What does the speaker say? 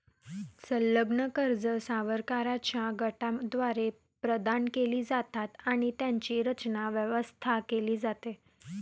संलग्न कर्जे सावकारांच्या गटाद्वारे प्रदान केली जातात आणि त्यांची रचना, व्यवस्था केली जाते